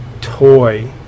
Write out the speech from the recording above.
toy